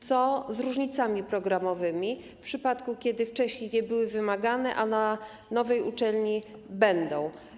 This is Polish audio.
Co z różnicami programowymi w przypadku, kiedy wcześniej nie były wymagane, a na nowej uczelni będą?